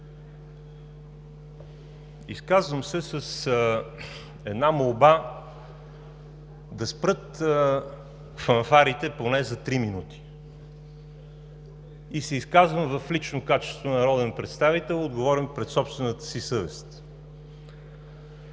Изказвам се с една молба – да спрат фанфарите поне за три минути, и се изказвам в лично качество на народен представител, отговорен пред собствената си съвест.